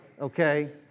okay